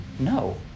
No